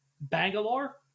Bangalore